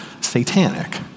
satanic